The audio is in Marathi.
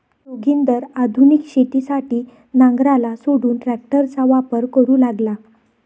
जोगिंदर आधुनिक शेतीसाठी नांगराला सोडून ट्रॅक्टरचा वापर करू लागला